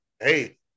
hey